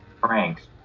Franks